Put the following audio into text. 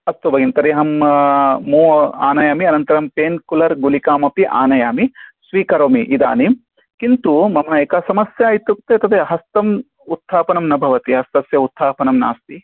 अस्तु भगिनी तर्हि अहं मूव् आनयामि अनन्तरं पेन्किलर् गुलिकामपि आनयामि स्वीकरोमि इदानीं किन्तु मम एका समस्या इत्युक्ते तत् हस्तम् उत्थापनं न भवति हस्तस्य उत्थापनं नास्ति